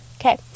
Okay